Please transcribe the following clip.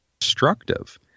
destructive